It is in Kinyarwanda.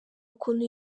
ukuntu